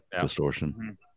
Distortion